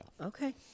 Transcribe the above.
Okay